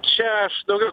čia aš daugiau